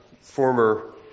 former